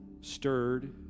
stirred